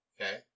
Okay